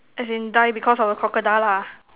as in die because of the crocodile lah